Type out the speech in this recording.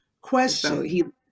Question